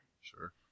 Sure